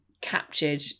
captured